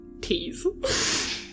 Tease